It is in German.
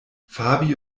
fabi